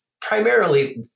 primarily